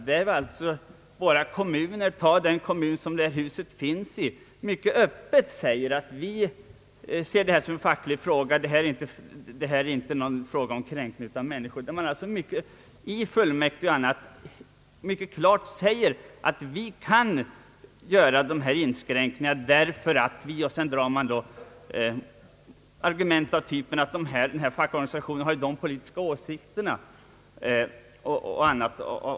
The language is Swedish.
Jag syftar på att man i en kommun — ta t.ex. den kommun som det här huset finns i — öppet säger att man ser detta som en facklig fråga och inte som en fråga om kränkning av människors rätt, och där man alltså i fullmäktige och andra instanser klart uttalar att man kan göra sådana här inskränkningar därför att den ena eller andra fackliga organisationen har en viss politisk åsikt. Herr talman!